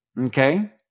Okay